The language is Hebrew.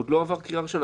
עוד לא עבר קריאה ראשונה.